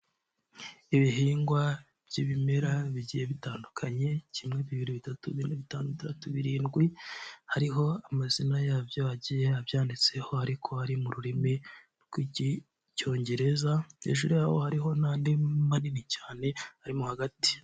Ibihingwa by'ibimera bigiye bitandukanye, kimwe, bibiri, bitatu, bine, bitanu, bitandatu, birindwi, hariho amazina yabyo agiye abyanditseho ariko ari mu rurimi rw'icyongereza, hejuru yaho hariho n'andi manini cyane arimo hagati.